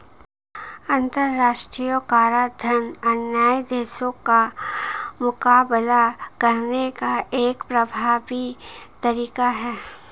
अंतर्राष्ट्रीय कराधान अन्य देशों का मुकाबला करने का एक प्रभावी तरीका है